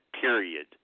Period